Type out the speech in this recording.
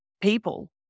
people